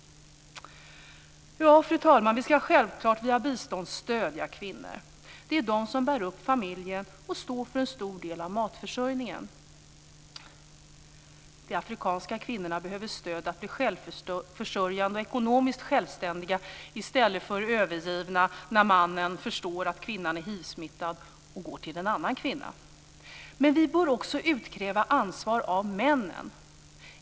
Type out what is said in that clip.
Vi ska självklart via bistånd stödja kvinnor. Det är de som bär upp familjen och står för en stor del av matförsörjningen. De afrikanska kvinnorna behöver stöd för att bli självförsörjande och ekonomiskt självständiga i stället för att bli övergivna när mannen förstår att kvinnan är hivsmittad och går till en ny kvinna. Men vi bör också utkräva ansvar av männen.